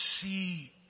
see